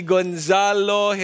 Gonzalo